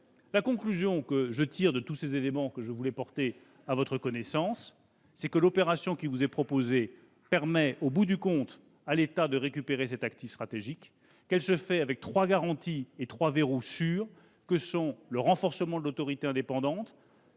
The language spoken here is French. La conclusion que je tire de tous ces éléments que je tenais à porter à votre connaissance est la suivante : l'opération qui vous est proposée permet, au bout du compte, à l'État de récupérer cet actif stratégique ; elle se fait avec trois verrous sûrs que sont le renforcement de l'autorité indépendante,